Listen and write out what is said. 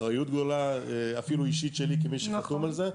אחריות גדולה אפילו אישית שלי כמי שחתום על זה,